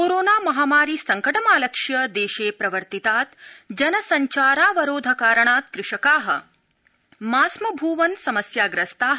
corona महामारि संकटमालक्ष्य देशे प्रवर्तितात् जन सञ्चारावरोध कारणात् कृषका मा स्म भूवन् समस्याग्रस्ता